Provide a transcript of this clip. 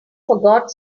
forgot